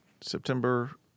September